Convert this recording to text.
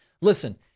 Listen